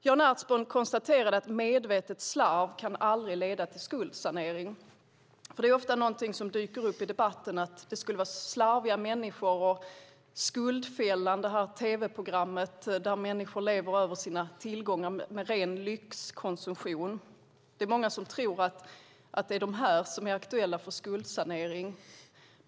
Jan Ertsborn konstaterade att medvetet slarv aldrig kan leda till skuldsanering. Det är ofta någonting som dyker upp i debatten - att det skulle handla om slarviga människor. Skuldfällan , tv-programmet där människor lever över sina tillgångar med ren lyxkonsumtion, är ett exempel. Det är många som tror att det är dessa personer som är aktuella för skuldsanering.